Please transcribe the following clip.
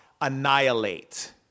annihilate